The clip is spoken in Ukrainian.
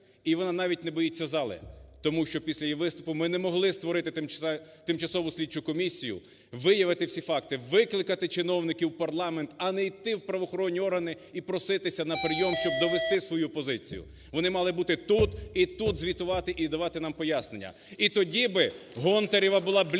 і вона навіть не боїться зали, тому що після її виступу ми не могли створити тимчасову слідчу комісію, виявити всі факти, викликати чиновників в парламент, а не йти в правоохоронні органи і проситися на прийом, щоб довести свою позицію. Вони мали бути тут і тут звітувати і давати нам пояснення. І тоді би Гонтарева була бліда